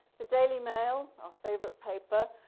the daily mail, our favorite paper,